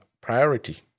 priority